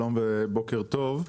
שלום ובוקר טוב לכולם.